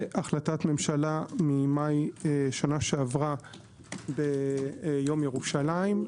והחלטת ממשלה ממאי שנה שעברה ביום ירושלים,